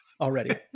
already